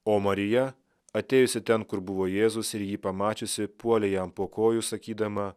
o marija atėjusi ten kur buvo jėzus ir jį pamačiusi puolė jam po kojų sakydama